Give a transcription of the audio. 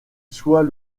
soit